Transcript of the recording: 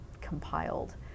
compiled